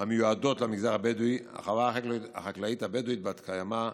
המיועדות למגזר הבדואי: החווה החקלאית הבדואית בת-קיימא בחורה,